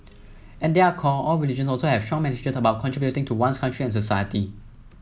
at their core all religions also have strong message about contributing to one's country and society